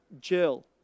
Jill